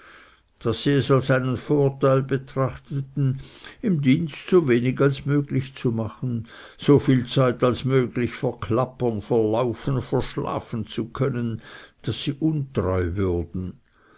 daß sie es als einen vorteil betrachteten im dienst so wenig als möglich zu machen so viel zeit als möglich verklappern verlaufen verschlafen zu können daß sie untreu würden